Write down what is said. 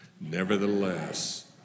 Nevertheless